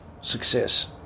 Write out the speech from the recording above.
success